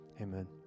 Amen